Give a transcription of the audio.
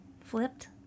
flipped